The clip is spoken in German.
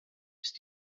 ist